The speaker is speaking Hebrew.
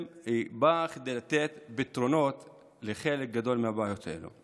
באה כדי לתת פתרונות לחלק גדול מהבעיות האלה.